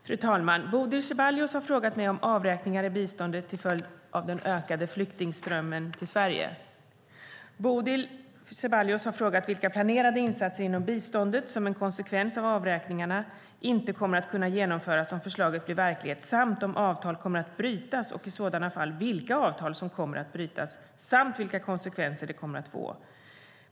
Fru talman! Bodil Ceballos har frågat mig om avräkningar från biståndet till följd av den ökade flyktingströmmen till Sverige. Bodil Ceballos har frågat vilka planerade insatser inom biståndet som, som en konsekvens av avräkningarna, inte kommer att kunna genomföras om förslaget blir verklighet samt om avtal kommer att brytas och i sådana fall vilka avtal som kommer att brytas samt vilka konsekvenser det kommer att få.